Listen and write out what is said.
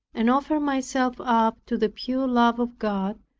and offered myself up to the pure love of god,